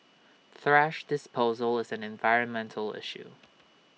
thrash disposal is an environmental issue